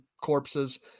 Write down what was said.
corpses